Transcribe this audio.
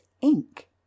ink